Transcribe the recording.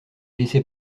laissez